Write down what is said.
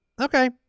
Okay